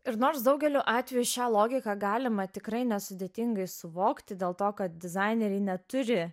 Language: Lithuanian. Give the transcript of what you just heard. ir nors daugeliu atveju šią logiką galima tikrai nesudėtingai suvokti dėl to kad dizaineriai neturi